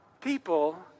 People